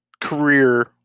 career